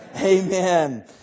amen